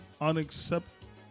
unacceptable